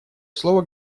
слово